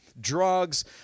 drugs